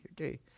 Okay